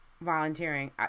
volunteering